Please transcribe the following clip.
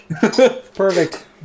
perfect